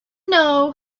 know